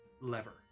lever